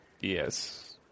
Yes